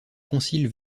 concile